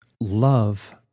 Love